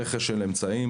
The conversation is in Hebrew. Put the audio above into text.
רכש של אמצעים.